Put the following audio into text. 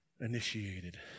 initiated